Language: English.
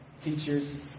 teachers